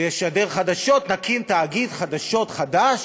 ישדר חדשות, נקים תאגיד חדשות חדש,